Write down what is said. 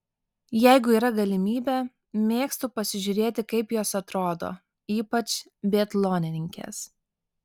jeigu yra galimybė mėgstu pasižiūrėti kaip jos atrodo ypač biatlonininkės